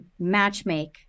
matchmake